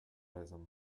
ism